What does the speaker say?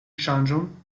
ŝanĝon